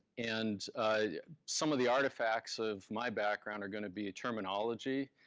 and some of the artifacts of my background are gonna be terminology.